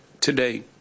today